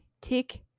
Tick